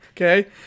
okay